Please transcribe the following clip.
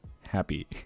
happy